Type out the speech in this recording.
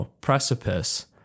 precipice